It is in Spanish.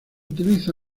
utiliza